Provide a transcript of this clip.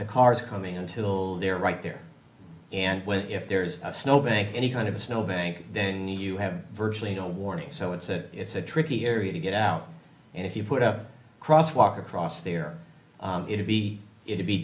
the cars coming until they're right there and if there's a snow bank any kind of snow bank then you have virtually no warning so it's a it's a tricky area to get out and if you put up a cross walk across there it'll be it'll be